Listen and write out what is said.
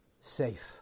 safe